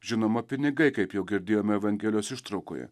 žinoma pinigai kaip jau girdėjom evangelijos ištraukoje